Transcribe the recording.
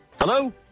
Hello